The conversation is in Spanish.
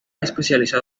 especializado